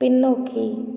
பின்னோக்கி